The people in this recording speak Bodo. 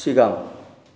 सिगां